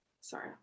Sorry